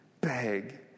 beg